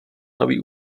nový